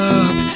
up